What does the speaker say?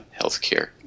healthcare